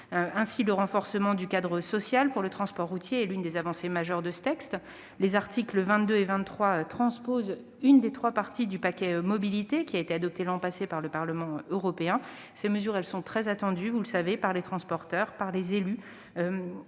Ainsi, le renforcement du cadre social pour le transport routier est l'une des avancées majeures de ce texte. Les articles 22 et 23 transposent ainsi l'une des trois parties du paquet mobilité, qui a été adopté l'année dernière par le Parlement européen. Ces mesures sont très attendues, par les transporteurs comme par les élus.